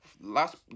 last